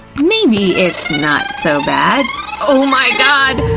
maybe it's not so bad oh, my god!